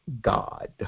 God